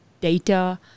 data